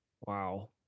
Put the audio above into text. Wow